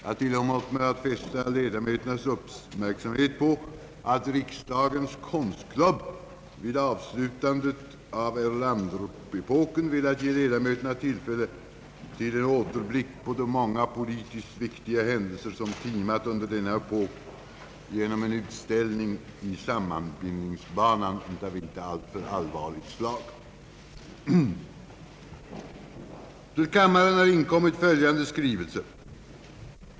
Jag tillåter mig också fästa ledamöternas uppmärksamhet på att riksdagens konstklubb vid avslutandet av Erlanderepoken velat ge ledamöterna tillfälle till en återblick på de många politiskt viktiga händelser som timat under denna epok genom en utställning av inte alltför allvarligt slag i sammanbindningsbanan.